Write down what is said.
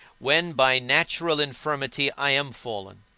when by natural infirmity i am fallen.